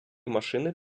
машини